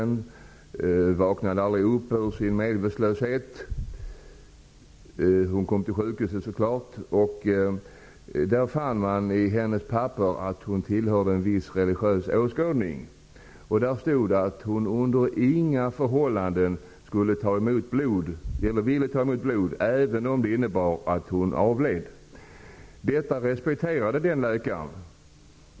Hon vaknade aldrig upp ur sin medvetslöshet. När hon kom till sjukhuset fann man i hennes papper att hon tillhörde en viss religiös åskådning. Det stod att hon under inga förhållanden ville ta emot blod, även om det innebar att hon därför avled. Detta respekterade läkaren.